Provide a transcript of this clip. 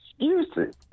excuses